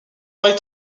faille